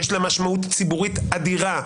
יש לה משמעות ציבורית אדירה.